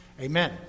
Amen